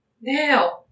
Now